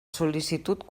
sol·licitud